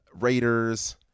raiders